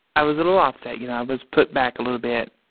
i was a little offset. you know, i was put back a little bit.